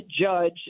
judge